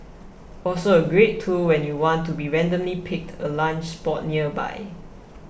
also a great tool when you want to be randomly pick a lunch spot nearby